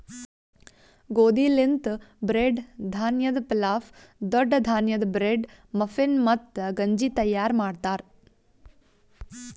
ಗೋದಿ ಲಿಂತ್ ಬ್ರೀಡ್, ಧಾನ್ಯದ್ ಪಿಲಾಫ್, ದೊಡ್ಡ ಧಾನ್ಯದ್ ಬ್ರೀಡ್, ಮಫಿನ್, ಮತ್ತ ಗಂಜಿ ತೈಯಾರ್ ಮಾಡ್ತಾರ್